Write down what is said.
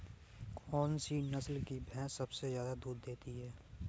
कौन सी नस्ल की भैंस सबसे ज्यादा दूध देती है?